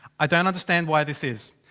i don't understand why this is.